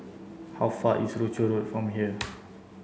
how far away is Rochor Road from here